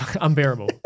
unbearable